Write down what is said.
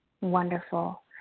Wonderful